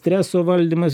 streso valdymas